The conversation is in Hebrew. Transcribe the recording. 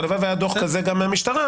הלוואי והיה דו"ח כזה גם במשטרה,